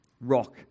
Rock